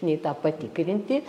nei tą patikrinti